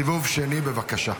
סיבוב שני, בבקשה.